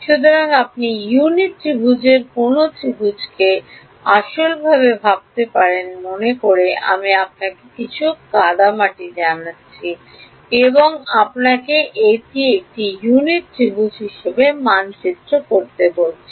সুতরাং আপনি ইউনিট ত্রিভুজের কোনও ত্রিভুজকে আসলভাবে ভাবতে পারেন মনে করে আমি আপনাকে কিছু কাদামাটি জানাচ্ছি এবং আমি আপনাকে এটি একটি ইউনিট ত্রিভুজ হিসাবে মানচিত্র করতে বলি